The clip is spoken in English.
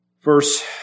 Verse